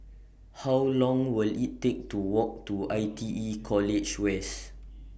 How Long Will IT Take to Walk to I T E College West